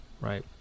right